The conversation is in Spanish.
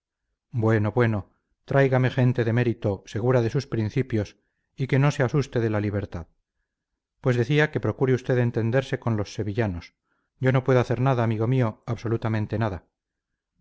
bueno bueno tráiganme gente de mérito segura en sus principios y que no se asuste de la libertad pues decía que procure usted entenderse con los sevillanos yo no puedo hacer nada amigo mío absolutamente nada